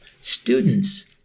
students